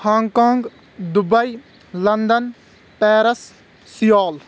Hong Kong Dubai London Paris civil